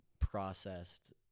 processed